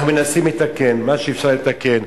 אנחנו מנסים לתקן מה שאפשר לתקן.